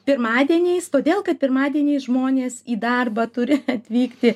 pirmadieniais todėl kad pirmadienį žmonės į darbą turi atvykti